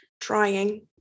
trying